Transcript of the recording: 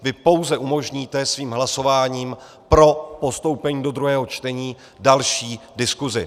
Vy pouze umožníte svým hlasováním pro postoupení do druhého čtení další diskusi.